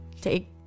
Take